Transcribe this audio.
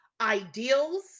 ideals